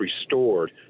restored